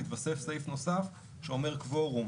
והתווסף סעיף נוסף שאומר קוורום,